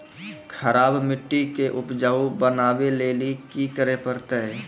खराब मिट्टी के उपजाऊ बनावे लेली की करे परतै?